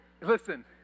listen